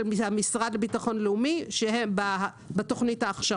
המשרד לביטחון לאומי בתוכנית ההכשרה.